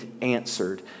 answered